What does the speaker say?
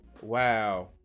Wow